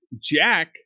Jack